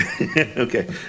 Okay